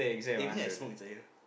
eh maybe I smoke inside here